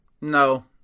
No